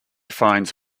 finds